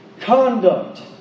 Conduct